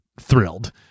thrilled